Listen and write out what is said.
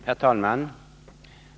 Herr talman!